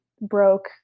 broke